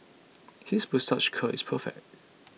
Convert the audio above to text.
his moustache curl is perfect